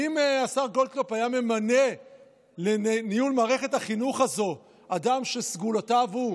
האם השר גולדקנופ היה ממנה לניהול מערכת החינוך הזו אדם שסגולותיו הן,